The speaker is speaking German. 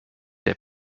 der